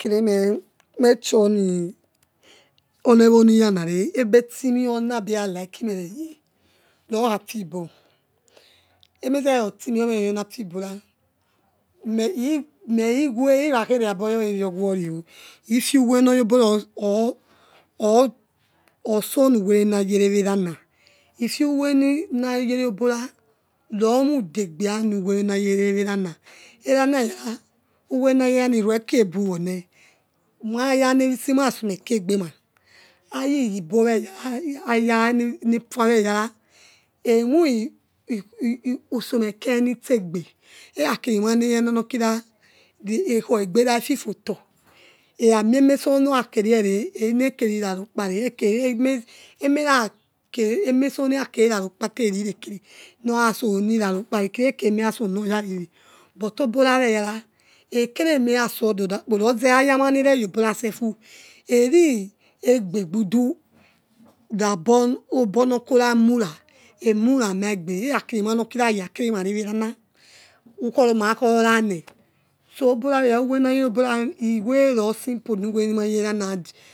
Khohakuo mesho nevo nefenaro ebeti mewo niya like mereye loha afibo omase hutimewo reyona afibo la moli khuo hikhakhe liaboya whowhe orlehe e oh o feel uwele noyobola osonu wele nayelo wa lana feel uwele naye le wobola ormudegha nona yele whelana alana eyala uwele nayole alama erohe lo bu wono mahnayana wisi mah someke egbeme aya eyibo eyala ayana fua eyala, homusomeke nitso egbe aha kili manaya na kho egbola li hekhe momaso noya kohoro onakorelaro emasonoya korelale lile kere nosonila lokpa ekele nosonaya whewe but obola eyala ekolemaya so ododa kpo luso oyamanayobola ereegbogbudu lagabo naleola emulamahe ogbe nohakile mahu khomakhowana uwele noyo bula egwe lo simple ne and.